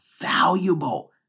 valuable